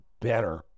better